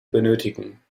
benötigen